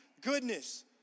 goodness